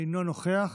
אינו נוכח,